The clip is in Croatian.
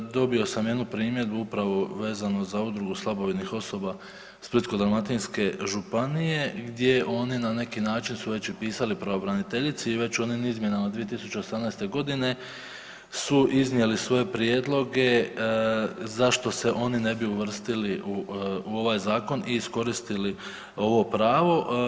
Dobio sam jednu primjedbu upravo vezano za Udrugu slabovidnih osoba Splitsko-dalmatinske županije gdje oni na neki način su već i pisali pravobraniteljici i već u onim izmjenama 2018. godine su iznijeli svoje prijedloge zašto se oni ne bi uvrstili u ovaj Zakon i iskoristili ovo pravo.